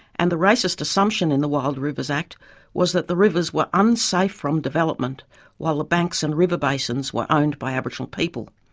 and the racist assumption in the wild rivers act was that the rivers were unsafe from development while the banks and river basins were owned by aboriginal people.